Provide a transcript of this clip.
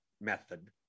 method